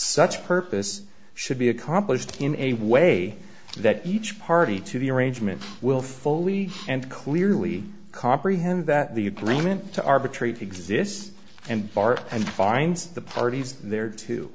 such purpose should be accomplished in a way that each party to the arrangement will fully and clearly comprehend that the agreement to arbitrate exists and bar and binds the parties there too